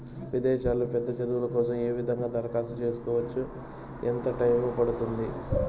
విదేశాల్లో పెద్ద చదువు కోసం ఏ విధంగా దరఖాస్తు సేసుకోవచ్చు? ఎంత టైము పడుతుంది?